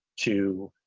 to.